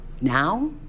Now